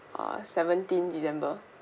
ah seventeen december